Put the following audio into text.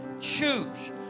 choose